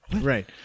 Right